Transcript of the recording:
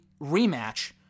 rematch